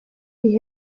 die